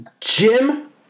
Jim